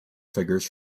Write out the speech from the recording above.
figures